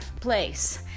place